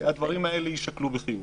הדברים האלה יישקלו בחיוב.